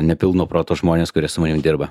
nepilno proto žmonės kurie su manim dirba